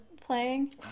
playing